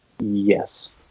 yes